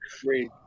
three